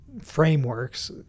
frameworks